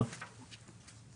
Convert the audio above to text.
ראינו